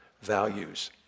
values